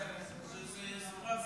רק חשוב לציין שזה יזורז